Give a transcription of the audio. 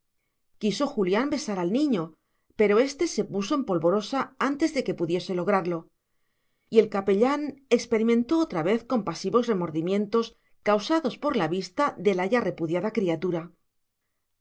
quiso julián besar al niño pero éste se puso en polvorosa antes de que pudiese lograrlo y el capellán experimentó otra vez compasivos remordimientos causados por la vista de la ya repudiada criatura